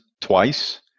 twice